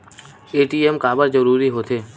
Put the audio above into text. ATM काबर जरूरी हो थे?